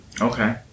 Okay